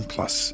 Plus